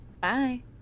bye